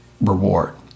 reward